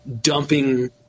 dumping